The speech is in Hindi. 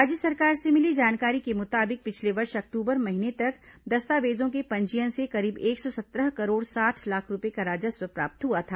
राज्य सरकार से मिली जानकारी के मुताबिक पिछले वर्ष अक्टूबर महीने तक दस्तावेजों के पंजीयन से करीब एक सौ सत्रह करोड़ साठ लाख रूपये का राजस्व प्राप्त हुआ था